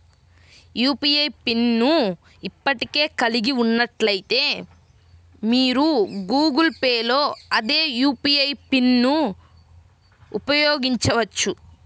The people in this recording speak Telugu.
యూ.పీ.ఐ పిన్ ను ఇప్పటికే కలిగి ఉన్నట్లయితే, మీరు గూగుల్ పే లో అదే యూ.పీ.ఐ పిన్ను ఉపయోగించవచ్చు